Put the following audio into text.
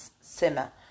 Simmer